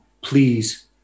please